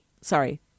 sorry